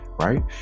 right